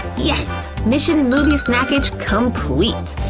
yes! mission movie snackage, complete.